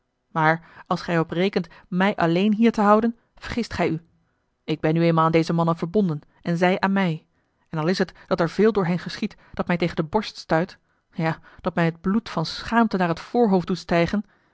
maar als gij er op rekent mij alleen hier te houden vergist gij u ik ben nu eenmaal aan deze mannen verbonden en zij aan mij en al is t dat er veel door hen geschiedt dat mij tegen de borst stuit ja dat mij het bloed van schaamte naar het voorhoofd doet stijgen